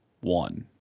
one